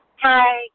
Hi